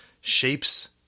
shapes